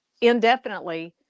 indefinitely